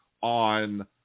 on